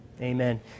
Amen